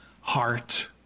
heart